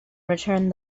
returned